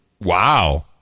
Wow